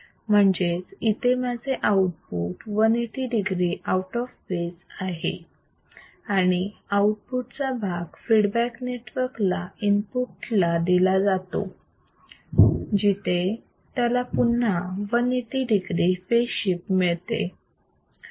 म्हणजेच इथे माझे output 180 degree out of phase आहे आणि आउटपुट चा भाग फीडबॅक नेटवर्क मधून इनपुट ला दिला जातो जिथे त्याला पुन्हा 180 degree फेज शिफ्ट मिळते